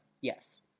yes